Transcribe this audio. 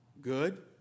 good